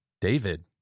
David